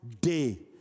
day